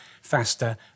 faster